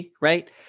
right